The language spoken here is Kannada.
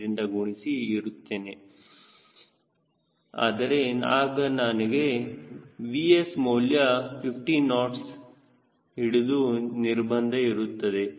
8ದಿಂದ ಗುಣಿಸಿ ಇರುತ್ತೇನೆ ಆದರೆ ಆಗ ನನಗೆ Vs ಮೌಲ್ಯ 50 ನೋಟ್ಸ್ ಹಿಡಿದು ನಿರ್ಬಂಧ ಇರುತ್ತದೆ